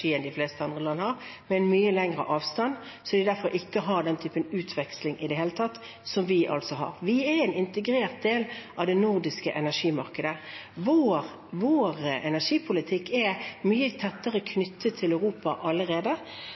enn de fleste andre land har, med en mye større avstand. Derfor har de ikke den typen utveksling som vi har, i det hele tatt. Vi er en integrert del av det nordiske energimarkedet. Vår energipolitikk er mye tettere knyttet til Europa allerede.